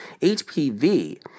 HPV